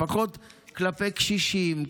לפחות כלפי קשישים,